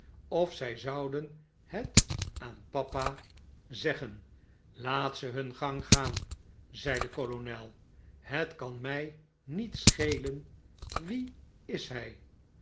of zy zouden het aan papa zeggen laat ze hun gang gaan zei de kolonel het kan mij niet schelen wie is hy